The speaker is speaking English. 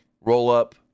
roll-up